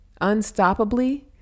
unstoppably